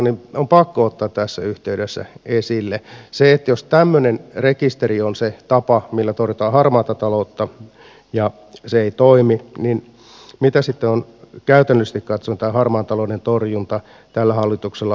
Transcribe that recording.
on pakko ottaa tässä yhteydessä esille se että jos tämmöinen rekisteri on se tapa millä torjutaan harmaata taloutta ja se ei toimi niin mitä sitten on käytännöllisesti katsoen harmaan talouden torjunta tällä hallituksella ollut